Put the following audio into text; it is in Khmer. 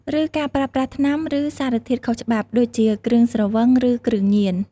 ឬការប្រើប្រាស់ថ្នាំ ឬសារធាតុខុសច្បាប់ ដូចជាគ្រឿងស្រវឹង ឬគ្រឿងញៀន ។